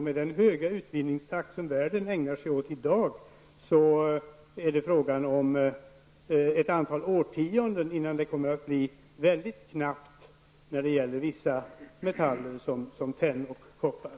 Med den höga utvinningstakt som världen ägnar sig åt i dag, är det fråga om ett antal årtionden innan det kommer att bli mycket knappt med vissa metaller, såsom tenn och koppar.